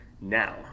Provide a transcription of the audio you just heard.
now